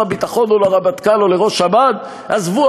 הביטחון או לרמטכ"ל או לראש אמ"ן: עזבו,